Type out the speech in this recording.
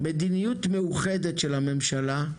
מדיניות מאוחדת של הממשלה,